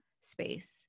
space